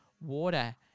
water